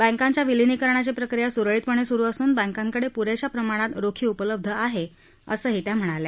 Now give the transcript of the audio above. बँकांच्या विलीनीकरणाची प्रक्रिया सुरळीतपणे सुरू असून बँकांकडे पुरेशा प्रमाणात रोखी उपलब्ध आहे असंही त्या म्हणाल्या